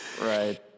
Right